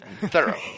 thorough